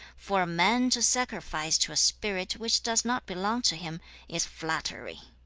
for a man to sacrifice to a spirit which does not belong to him is flattery.